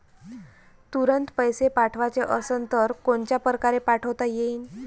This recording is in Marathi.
तुरंत पैसे पाठवाचे असन तर कोनच्या परकारे पाठोता येईन?